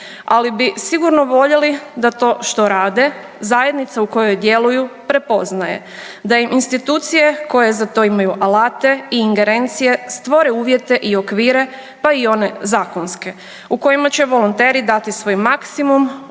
ali bi sigurno voljeli da to što rade zajednica u kojoj djeluju prepoznaje, da im institucije koje za to imaju alate i ingerencije stvore uvjete i okvire pa i one zakonske u kojima će volonteri dati svoj maksimum,